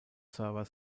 server